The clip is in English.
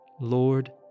Lord